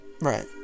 Right